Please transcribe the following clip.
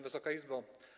Wysoka Izbo!